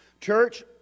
Church